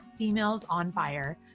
femalesonfire